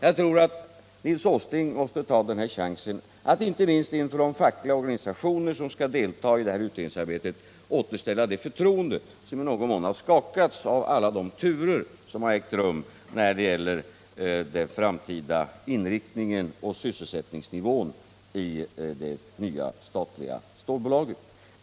Jag tror att Nils Åsling måste ta chansen, inte minst inför de fackliga organisationerna som skall delta i utredningsarbetet, att återställa det förtroende som i någon mån har skakats av alla de turer som har ägt rum när det gäller den framtida inriktningen av sysselsättningsnivån i det nya statliga stålbolaget.